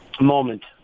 moment